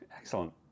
Excellent